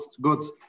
goods